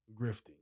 grifting